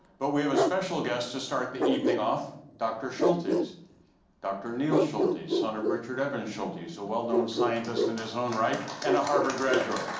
but we have a special guest to start the evening off, dr. schultes dr. neil schultes, son of richard evans schultes, a well-known scientist in his own right and a harvard graduate.